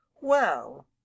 Well